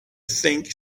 think